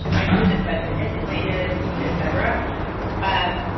i shouldn't have been manipulated, et cetera. um